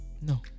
No